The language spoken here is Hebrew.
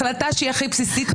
החלטה שהיא הכי בסיסית,